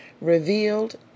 Revealed